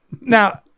Now